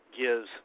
gives